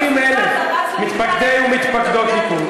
90,000 מתפקדי ומתפקדות הליכוד,